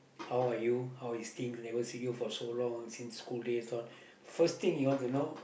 how are you how is things never see you for so long since school day lah first thing you want to know